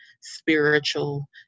spiritual